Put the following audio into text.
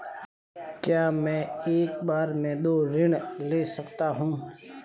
क्या मैं एक बार में दो ऋण ले सकता हूँ?